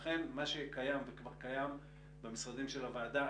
מה שכבר קיים במשרדים של הוועדה,